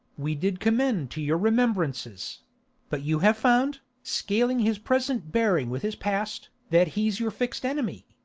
we did commend to your remembrances but you have found, scaling his present bearing with his past, that he's your fixed enemy,